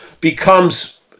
becomes